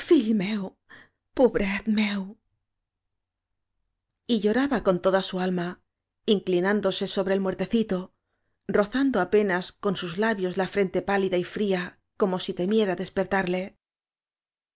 pobret meu y lloraba con toda su alma inclinándose sobre el muertecito rozando apenas con sus labios la frente pálida y fría como si temiera despertarle